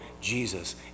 Jesus